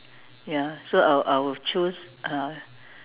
ya so I I will choose uh